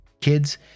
Kids